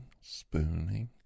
spooning